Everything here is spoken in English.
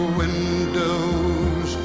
windows